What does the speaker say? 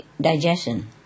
digestion